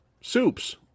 Soups